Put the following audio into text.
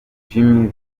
jamie